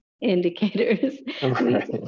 indicators